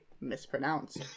mispronounced